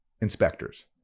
inspectors